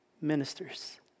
minister's